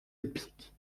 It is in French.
épique